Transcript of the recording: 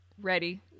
Ready